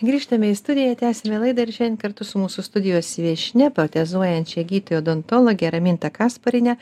grįžtame į studiją tęsime laidą ir šiandien kartu su mūsų studijos viešnia protezuojančia gydytoja odontologe raminta kaspariene